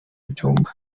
byumba